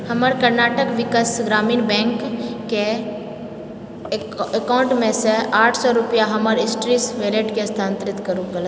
हमर कर्नाटक विकस ग्रामीण बैंकके एकाउन्टमे से आठ सए रुपआ हमर स्ट्रिस वैलेटके स्थानांतरित करू